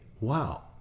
wow